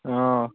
অঁ